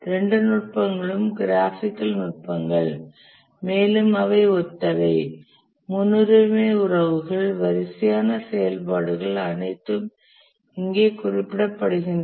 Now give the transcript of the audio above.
இரண்டு நுட்பங்களும் கிராஃபிக்கல் நுட்பங்கள் மேலும் அவை ஒத்தவை முன்னுரிமை உறவுகள் வரிசையான செயல்பாடுகள் அனைத்தும் இங்கே குறிப்பிடப்படுகின்றன